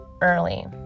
early